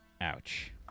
Ouch